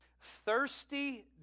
Thirsty